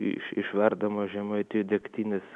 išverdama žemaitijoje degtinės